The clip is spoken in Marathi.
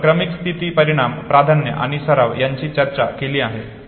आपण क्रमीक स्थिती परिणाम प्राधान्य आणि सराव यांची चर्चा केली आहे